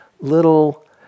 little